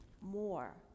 more